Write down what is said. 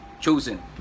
chosen